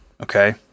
Okay